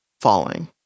falling